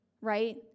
right